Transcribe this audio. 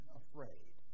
afraid